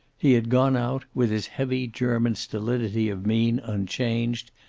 he had gone out, with his heavy german stolidity of mien unchanged,